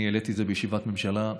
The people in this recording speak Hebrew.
אני העליתי את זה בישיבת הממשלה.